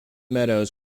meadows